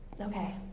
Okay